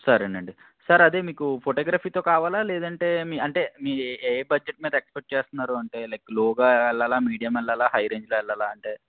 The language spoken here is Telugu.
సరే అండి సార్ అది మీకు ఫోటోగ్రఫీతో కావాలా లేదంటే మీ అదే మీ ఏ బడ్జెట్ మీద ఎక్స్పెక్ట్ చేస్తున్నారు అంటే లైక్ లోగా వెళ్ళాలా మీడియం వెళ్ళాలా హై రేంజ్లో వెళ్ళాలా అంటే